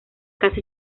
casi